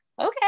okay